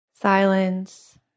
silence